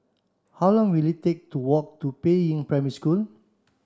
how long will it take to walk to Peiying Primary School